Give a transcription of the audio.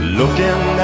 looking